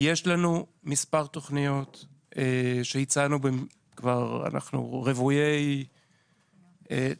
יש לנו מספר תוכניות שהצענו ואנחנו כבר רוויי תוכניות.